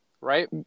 Right